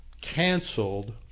canceled